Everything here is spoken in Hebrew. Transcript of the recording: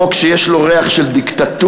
חוק שיש לו ריח של דיקטטורה,